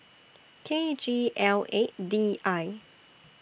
K G L eight D I